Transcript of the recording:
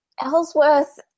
Ellsworth